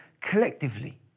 collectively